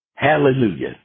Hallelujah